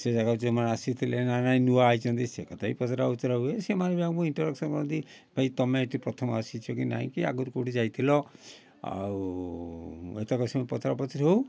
ସେ ଯାଗାକୁ ଯେଉଁମାନେ ଆସିଥିଲେ ନା ନାହିଁ ନୂଆ ଆସିଛନ୍ତି ସେ କଥା ବି ପଚରା ଉଚରା ହୁଏ ସେମାନେ ବି ଆମକୁ ଇଣ୍ଟରାକ୍ସନ୍ କରନ୍ତି ଭାଇ ତୁମେ ଏଠି ପ୍ରଥମେ ଆସିଛ କି ନାହିଁ କି ଆଗରୁ କେଉଁଠି ଯାଇଥିଲ ଆଉ ଏତକ କୋଶ୍ଚିନ୍ ପଚରା ପଚରି ହେଉ